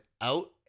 out